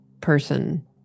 person